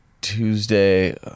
Tuesday